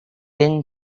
been